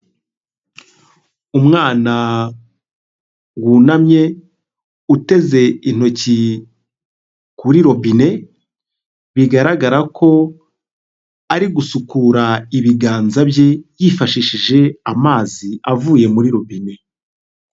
Umwana wunamye uteze intoki kuri robine, bigaragara ko ari gusukura ibiganza bye yifashishije amazi avuye muri rubine.